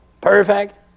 perfect